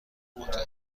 متحمل